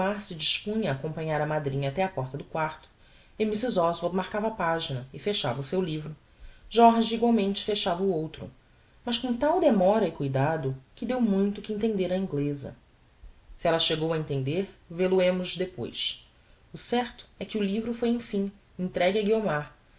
dispunha a acompanhar a madrinha até á porta do quarto e mrs oswald marcava a pagina e fechava o seu livro jorge egualmente fechava o outro mas com tal demora e cuidado que deu muito que entender á ingleza se ella chegou entender vel o hemos depois o certo é que o livro foi emfim entregue a guiomar